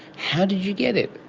how did you get it?